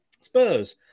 Spurs